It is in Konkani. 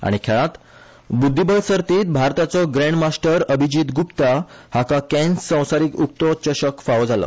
आनी खेळांत बुध्दीबळ सर्तींत भारताचो ग्रॅड मास्टर अभिजीत गुप्ता हाका कॅन्स संवसारिक उक्तो चषक फावो जालो